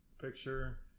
picture